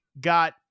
got